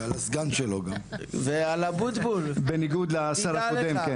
עוסק בנושא, ופועל, אני מקווה, בניגוד לשר הקודם.